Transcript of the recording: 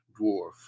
dwarf